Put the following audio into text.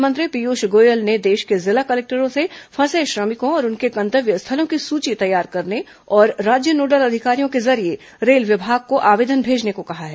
rail मंत्री पीयूष गोयल ने देश के जिला कलेक्टरों से फंसे श्रमिकों और उनके गंतव्य स्थलों की सूची तैयार करने और राज्य नोडल अधिकारी के जरिये रेल विभाग को आवेदन भेजने को कहा है